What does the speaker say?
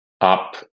up